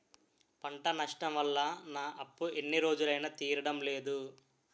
పంట నష్టం వల్ల నా అప్పు ఎన్ని రోజులైనా తీరడం లేదు